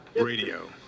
radio